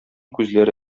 күзләре